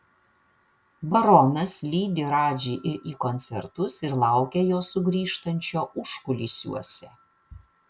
baronas lydi radži ir į koncertus ir laukia jo sugrįžtančio užkulisiuose